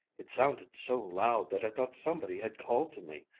it sounded so loud that i thought somebody had called to me.